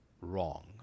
wrong